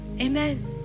Amen